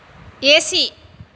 AC